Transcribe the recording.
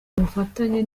bufatanye